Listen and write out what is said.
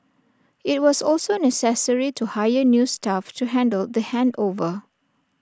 IT was also necessary to hire new staff to handle the handover